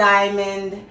Diamond